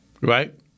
right